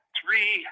three